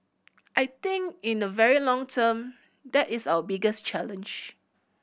I think in the very long term that is our biggest challenge